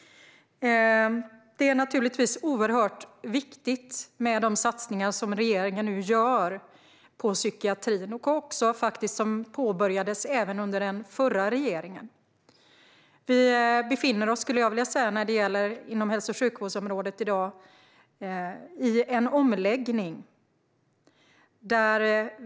Det är naturligtvis oerhört viktigt med de satsningar som regeringen nu gör på psykiatrin. Sådana satsningar påbörjades även under den förra regeringen. Jag skulle vilja säga att vi på hälso och sjukvårdsområdet i dag befinner oss i en omläggning.